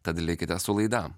tad likite su laida